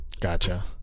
Gotcha